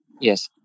Yes